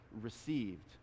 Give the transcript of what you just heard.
received